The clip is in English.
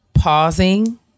Pausing